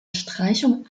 streichung